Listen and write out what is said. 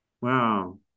Wow